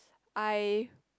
I